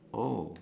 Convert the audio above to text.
oh